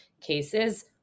cases